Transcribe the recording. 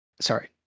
Sorry